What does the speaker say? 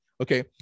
okay